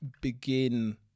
begin